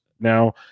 now